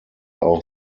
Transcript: auch